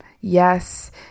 yes